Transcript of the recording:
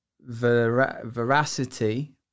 veracity